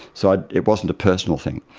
so it wasn't a personal thing.